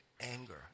anger